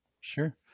Sure